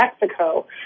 Mexico